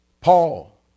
Paul